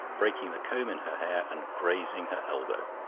breaking the comb in her hair and grazing her elbow.